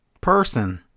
person